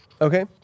Okay